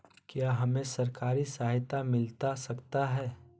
क्या हमे सरकारी सहायता मिलता सकता है?